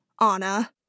Anna